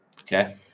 Okay